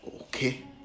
okay